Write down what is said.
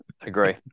agree